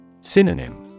Synonym